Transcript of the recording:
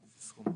כן.